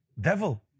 Devil